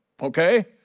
okay